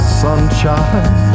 sunshine